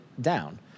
down